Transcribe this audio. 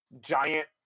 Giant